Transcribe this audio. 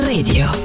Radio